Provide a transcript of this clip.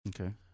Okay